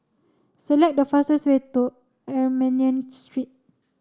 select the fastest way to Armenian Street